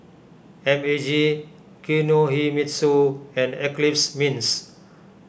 M A G Kinohimitsu and Eclipse Mints